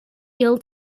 ill